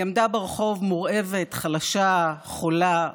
היא עמדה ברחוב מורעבת, חלשה, חולה.